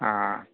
ആ